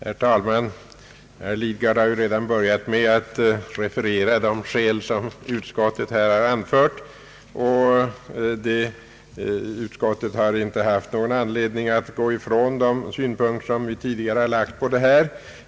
Herr talman! Herr Lidgard har ju redan refererat de skäl som utskottet anfört, nämligen att utskottet inte haft anledning att gå ifrån de synpunkter som det tidigare lagt på denna fråga.